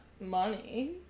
money